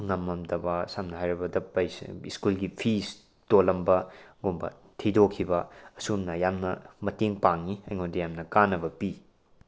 ꯉꯝꯃꯝꯗꯅ ꯁꯝꯅ ꯍꯥꯏꯔꯕꯗ ꯁ꯭ꯀꯨꯜꯒꯤ ꯐꯤꯁ ꯇꯣꯜꯂꯝꯕꯒꯨꯝꯕ ꯊꯤꯗꯣꯛꯈꯤꯕ ꯑꯁꯨꯝꯅ ꯌꯥꯝꯅ ꯃꯇꯦꯡ ꯄꯥꯡꯏ ꯑꯩꯉꯣꯟꯗ ꯌꯥꯝꯅ ꯀꯥꯟꯅꯕ ꯄꯤ